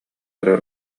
өрө